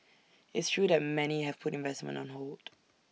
it's true that many have put investment on hold